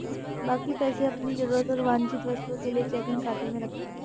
बाकी पैसे अपनी जरूरत और वांछित वस्तुओं के लिए चेकिंग खाते में रखें